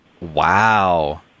Wow